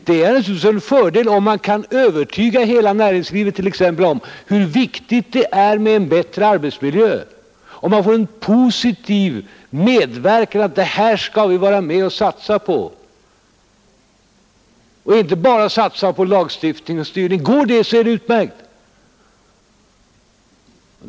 Det är naturligtvis en fördel om man kan övertyga hela näringslivet t.ex. om hur viktigt det är med en bättre arbetsmiljö, om man får en positiv medverkan — ”det här skall vi vara med och satsa på” — och inte bara tillgriper styrning genom lagstiftning. Går det, så är det utmärkt.